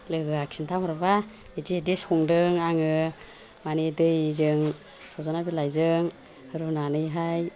लोगोआ खिन्थाहरबा बिदि बिदि संदों आङो मानि दैजों सजना बिलाइजों रुनानैहाय